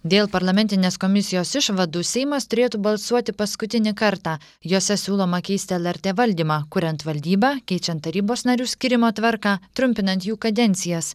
dėl parlamentinės komisijos išvadų seimas turėtų balsuoti paskutinį kartą jose siūloma keisti lrt valdymą kuriant valdybą keičiant tarybos narių skyrimo tvarką trumpinant jų kadencijas